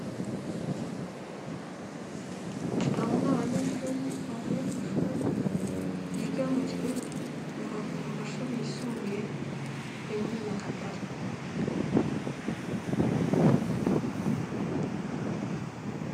Abo ni abanyeshuri bavuye ku ishuri biga mu kigo mu mashuri yisumbuye yo muri Nyagatare.